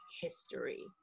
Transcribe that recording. history